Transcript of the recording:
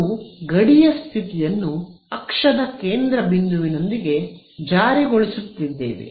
ನಾವು ಗಡಿಯ ಸ್ಥಿತಿಯನ್ನು ಅಕ್ಷದ ಕೇಂದ್ರ ಬಿಂದುವಿನೊಂದಿಗೆ ಜಾರಿಗೊಳಿಸುತ್ತಿದ್ದೇವೆ